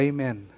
Amen